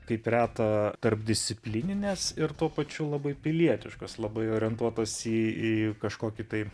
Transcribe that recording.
kaip reta tarpdisciplininės ir tuo pačiu labai pilietiškos labai orientuotos į į kažkokį tai